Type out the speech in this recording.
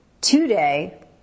today